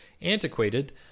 antiquated